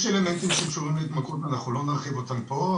יש אלמנטים שקשורים להתמכרות, לא נרחיב על כך פה.